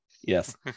yes